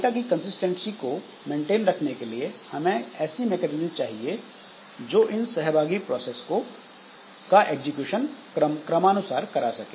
data की consistency को maintain रखने के लिए हमें ऐसी मैकेनिज्म चाहिए जो इन सहभागी प्रोसेस का एग्जीक्यूशन क्रमानुसार करा सके